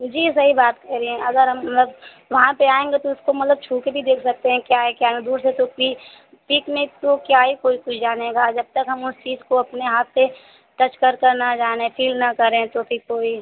जी सही बात कह रही हैं अगर हम मतलब वहाँ पे आएँगे तो उसको मतलब छू के भी देख सकते हैं क्या है क्या दूर से तो पि पीक में तो क्या ही कोई कुछ जानेगा जब तक हम उस चीज़ को अपने हाथ से टच कर के न जाने फ़ील ना करें तो फिर कोई